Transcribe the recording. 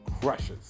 crushes